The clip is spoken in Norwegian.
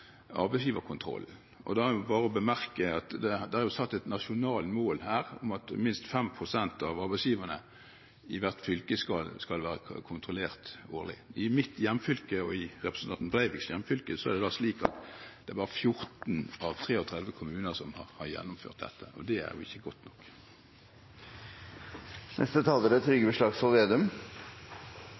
arbeidsgiverkontroll. Da må jeg bemerke at det er satt et nasjonalt mål om at minst 5 pst. av arbeidsgiverne i hvert fylke skal være kontrollert årlig. I mitt og representanten Breiviks hjemfylke har 14 av 33 kommuner gjennomført dette, og det er ikke godt nok.